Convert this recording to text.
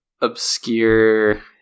obscure